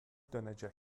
dönecek